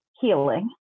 healing